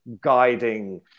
guiding